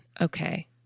Okay